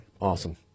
Awesome